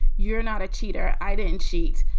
you're not a cheater. i didn't cheat.